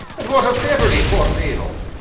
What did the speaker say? and what of beverley poor dey-vil?